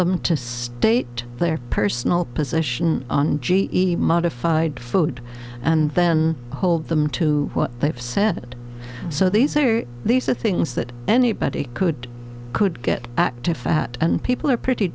them to state their personal position on g e modified food and then hold them to what they've said so these are these are things that anybody could could get to fat people are pretty